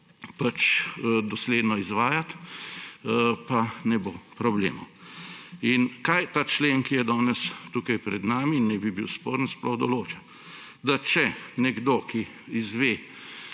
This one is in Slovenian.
in dosledno izvajati, pa ne bo problemov. In kaj ta člen, ki je danes tukaj pred nami in naj bi bil sporen, sploh določa? Če nekdo, ki izve